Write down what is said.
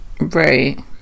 Right